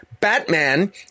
Batman